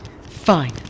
Fine